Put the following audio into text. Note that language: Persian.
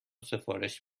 سفارش